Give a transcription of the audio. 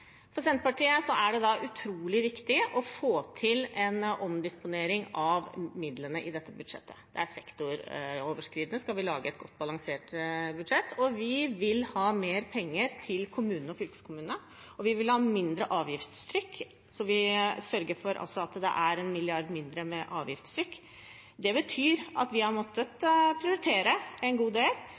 For Senterpartiet er det utrolig viktig å få til en omdisponering av midlene i dette budsjettet. Det er sektoroverskridende, skal vi lage et godt, balansert budsjett. Vi vil ha mer penger til kommunene og fylkeskommunene, og vi vil ha mindre avgiftstrykk, så vi sørger for at det er en milliard mindre i avgiftstrykk. Det betyr at vi har måttet prioritere en god del.